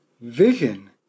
vision